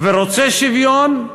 רוצה שוויון,